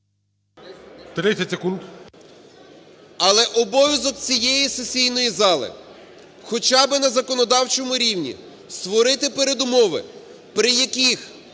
Але обов'язок цієї сесійної зали хоча би на законодавчому рівні створити передумови при яких